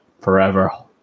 forever